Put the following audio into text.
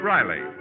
Riley